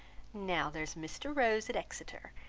now there's mr. rose at exeter,